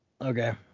Okay